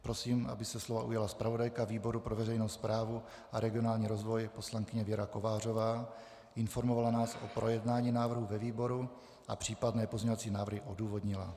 Prosím, aby se slova ujala zpravodajka výboru pro veřejnou správu a regionální rozvoj poslankyně Věra Kovářová, informovala nás o projednání návrhu ve výboru a případné pozměňovací návrhy odůvodnila.